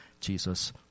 Jesus